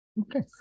Okay